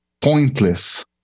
pointless